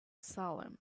salem